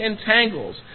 entangles